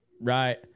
Right